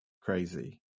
crazy